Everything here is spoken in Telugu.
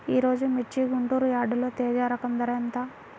ఈరోజు మిర్చి గుంటూరు యార్డులో తేజ రకం ధర ఎంత?